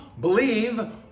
believe